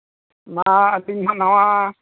ᱢᱟ ᱟᱹᱵᱤᱱ ᱦᱚᱸ ᱱᱚᱣᱟ